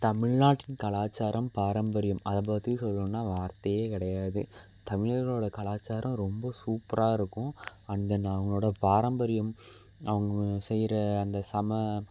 தமிழ்நாட்டின் கலாச்சாரம் பாரம்பரியம் அதைப் பற்றி சொல்லணுன்னா வார்த்தையே கிடயாது தமிழர்களோட கலாச்சாரம் ரொம்ப சூப்பராக இருக்கும் அண்ட் தென் அவர்களோட பாரம்பரியம் அவங்க செய்கிற அந்த சம